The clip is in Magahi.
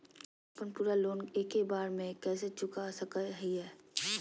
हम अपन पूरा लोन एके बार में कैसे चुका सकई हियई?